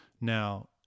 Now